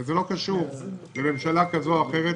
וזה לא קשור לממשלה כזאת או אחרת,